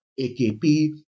AKP